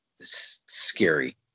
scary